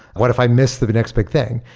what if i miss the but next big thing?